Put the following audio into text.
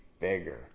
bigger